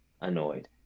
annoyed